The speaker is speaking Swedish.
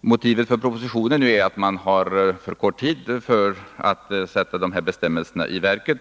Motivet för den nu aktuella propositionen är att man har för kort tid för att sätta de här bestämmelserna i verket.